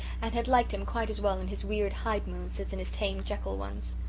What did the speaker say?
and had liked him quite as well in his weird hyde moods as in his tame jekyll ones.